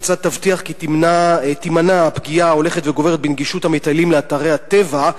כיצד תבטיח שתימנע הפגיעה ההולכת וגוברת בגישה של המטיילים לאתרי הטבע,